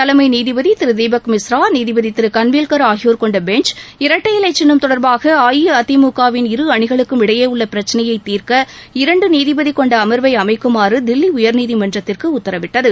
தலைமை நீதிபதி திரு தீபக் மிஸ்ரா நீதிபதி திரு கன்வில்கர் ஆகியோர் கொண்ட பெஞ்ச் இரட்டை இலை சின்னம் தொடர்பாக அஇஅதிமுகவின் இரு அணிகளுக்கும் இடையே உள்ள பிரச்சினையை தீர்க்க இரண்டு நீதிபதி கொண்ட அமர்வை அமைக்குமாறு தில்லி உயர்நீதிமன்றத்திற்கு உத்தரவிட்டது